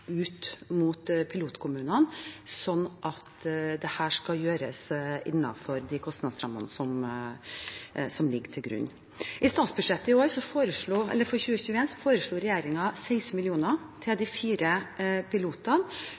ut mot pilotkommunene, slik at dette kan gjøres innenfor de kostnadsrammene som ligger til grunn. I statsbudsjettet for 2021 foreslår regjeringen 16 mill. kr til de fire pilotene, først og fremst for